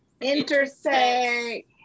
intersect